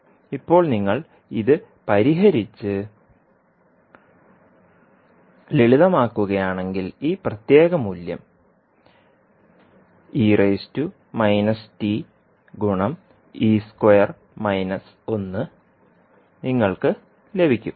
ഇപ്പോൾ നിങ്ങൾ ഇത് പരിഹരിച്ച് ലളിതമാക്കുകയാണെങ്കിൽ ഈ പ്രത്യേക മൂല്യം നിങ്ങൾക്ക് ലഭിക്കും